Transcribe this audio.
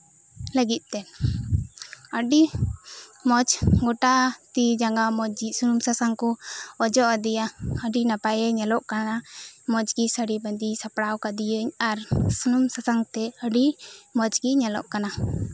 ᱞᱟᱹᱜᱤᱫ ᱛᱮ ᱟᱹᱰᱤ ᱢᱚᱸᱡᱽ ᱜᱚᱴᱟ ᱛᱤ ᱡᱟᱸᱜᱟ ᱥᱩᱱᱩᱢ ᱥᱟᱥᱟᱝ ᱠᱚ ᱚᱡᱚᱜ ᱟᱫᱮᱭᱟ ᱟᱹᱰᱤ ᱱᱟᱯᱟᱭᱮ ᱧᱮᱞᱚᱜ ᱠᱟᱱᱟ ᱢᱚᱸᱡᱽ ᱜᱮ ᱥᱟᱹᱲᱤ ᱵᱟᱸᱫᱮ ᱥᱟᱯᱲᱟᱣ ᱠᱟᱫᱮᱭᱟᱹᱧ ᱟᱨ ᱥᱩᱱᱩᱢ ᱥᱟᱥᱟᱝ ᱛᱮ ᱟᱹᱰᱤ ᱢᱚᱸᱡ ᱜᱮᱭ ᱧᱮᱞᱚᱜ ᱠᱟᱱᱟ